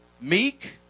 Meek